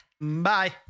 Bye